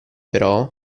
però